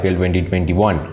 2021